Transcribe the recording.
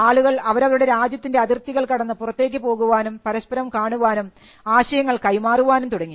ആളുകൾ അവരവരുടെ രാജ്യത്തിൻറെ അതിർത്തികൾ കടന്ന് പുറത്തേക്കു പോകുവാനും പരസ്പരം കാണുവാനും ആശയങ്ങൾ കൈമാറുവാനും തുടങ്ങി